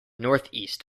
northeast